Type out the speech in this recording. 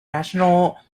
national